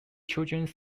children